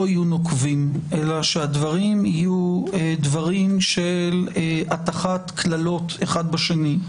יהיו נוקבים אלא יהיו דברים של הטחת קללות אחד בשני.